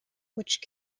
which